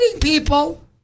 people